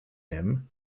him